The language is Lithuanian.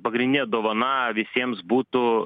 pagrindinė dovana visiems būtų